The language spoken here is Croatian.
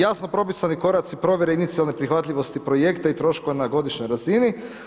Jasno propisani koraci provjere inicijalne prihvatljivosti projekta i troškova na godišnjoj razini.